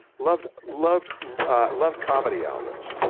loved loved loved comedy albums,